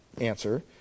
answer